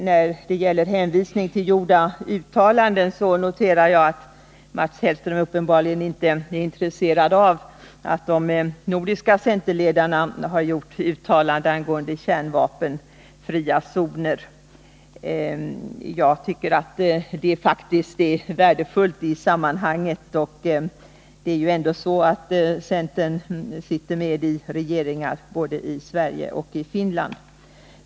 När det gäller hänvisningen till gjorda uttalanden noterar jag att Mats Hellström uppenbarligen inte är intresserad av att de nordiska centerledarna har gjort uttalanden angående kärnvapenfria zoner. Jag tycker faktiskt att dessa uttalanden är värdefulla i sammanhanget. Det är ju ändå så att centern sitter med i regeringarna både i Sverige och i Finland.